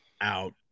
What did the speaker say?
out